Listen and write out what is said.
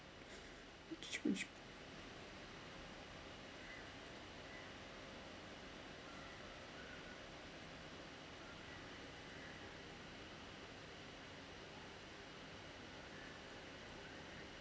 which